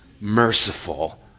merciful